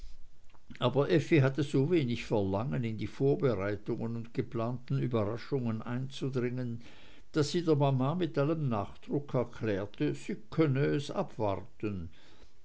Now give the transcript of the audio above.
aber effi hatte so wenig verlangen in die vorbereitungen und geplanten überraschungen einzudringen daß sie der mama mit allem nachdruck erklärte sie könne es abwarten